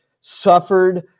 suffered